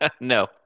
No